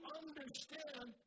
understand